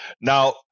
Now